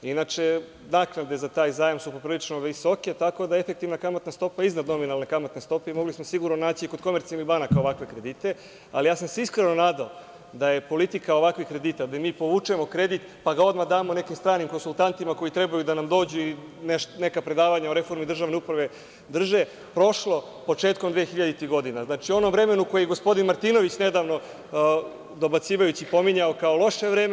Inače, naknade za taj zajam su poprilično visoke, tako da efektivna kamatna stopa je iznad nominalne kamatne stope i mogli smo sigurno naći i kod komercijalnih banaka ovakve kredite, ali ja sam se iskreno nadao da je politika ovakvih kredita, gde mi povučemo kredit, pa ga odmah damo nekim stranim konsultantima koji trebaju da nam dođu i neka predavanja o reformi državne uprave drže prošlo početkom dvehiljaditih godina, znači, u onom vremenu koje je gospodin Martinović nedavno dobacivajući pominjao kao loše vreme.